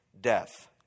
death